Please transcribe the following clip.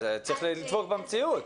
צריך לתפוס במציאות.